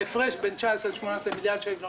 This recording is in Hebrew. ההפרש בין 2019 ל-2018 הוא מיליארד שקל נוספים.